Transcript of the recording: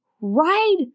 Ride